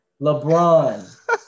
LeBron